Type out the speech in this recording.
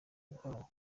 bwabo